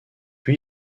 lui